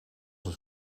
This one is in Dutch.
het